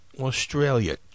australia